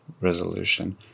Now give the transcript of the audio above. resolution